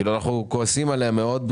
אנחנו כועסים עליה מאוד,